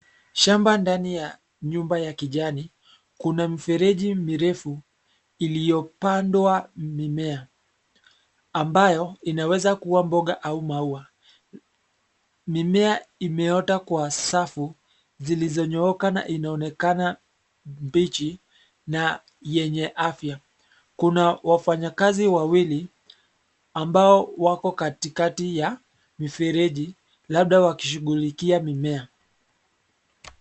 Shamba ndani ya nyumba ya kijani, kuna mifereji mirefu iliyopandwa mimea, ambayo inaweza kua mboga au maua. Mimea imeota kwa safu zilizonyooka na inaonekana mbichi na yenye afya. Kuna wafanyakazi wawili ambao wako katikati ya mifereji labda wakishughulikia mimea.